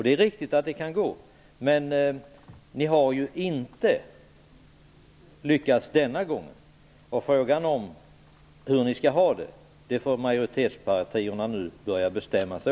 Det är riktigt att det kan gå, men ni har inte lyckats denna gång. Frågan är om hur ni skall ha det. Nu får majoritetspartierna börja bestämma sig.